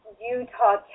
Utah